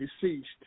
deceased